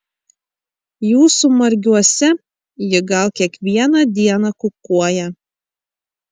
jūsų margiuose ji gal kiekvieną dieną kukuoja